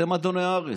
אתם אדוני הארץ,